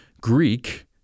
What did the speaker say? Greek